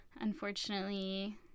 unfortunately